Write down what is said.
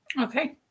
Okay